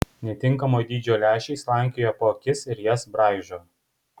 netinkamo dydžio lęšiai slankioja po akis ir jas braižo